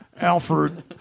Alfred